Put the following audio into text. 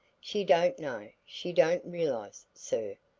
she don't know, she don't realize sir,